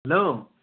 hello